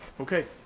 okay,